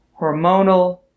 hormonal